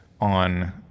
on